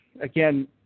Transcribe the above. again